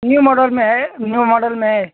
new model में है new model में है